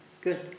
Good